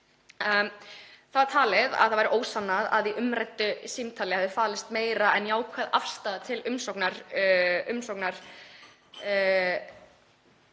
var talið að það væri ósannað að í umræddu símtalið hefði falist meira en jákvæð afstaða til umsóknar